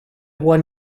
one